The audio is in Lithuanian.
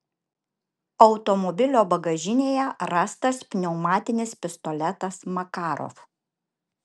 automobilio bagažinėje rastas pneumatinis pistoletas makarov